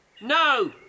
No